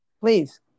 Please